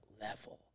level